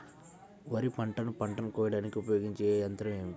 వరిపంటను పంటను కోయడానికి ఉపయోగించే ఏ యంత్రం ఏమిటి?